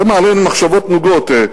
זה מעלה מחשבות נוגות.